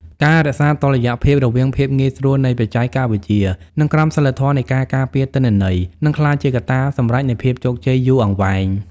ការរក្សាតុល្យភាពរវាងភាពងាយស្រួលនៃបច្ចេកវិទ្យា និងក្រមសីលធម៌នៃការការពារទិន្នន័យ នឹងក្លាយជាកត្តាសម្រេចនៃភាពជោគជ័យយូរអង្វែង។